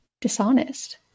dishonest